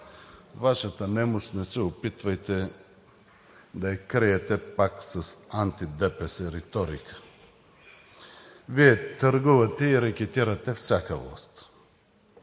Вашата немощ да я криете пак с анти-ДПС реторика – Вие търгувате и рекетирате всяка власт.